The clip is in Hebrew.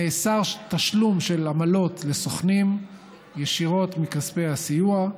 נאסר תשלום של עמלות לסוכנים ישירות מכספי הסיוע,